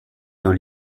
dans